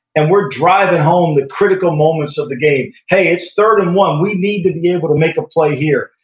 and we're driving home the critical moments of the game. hey, it's third and one, we need to be able to make a play here.